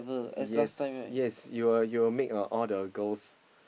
yes yes you will you will make that all the girls